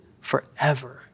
forever